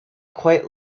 quite